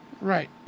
Right